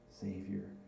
Savior